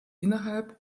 innerhalb